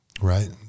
right